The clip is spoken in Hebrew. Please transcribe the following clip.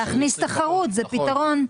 להכניס תחרות זה פתרון.